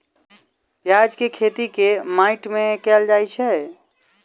प्याज केँ खेती केँ माटि मे कैल जाएँ छैय?